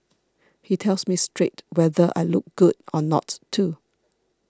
he tells me straight whether I look good or not too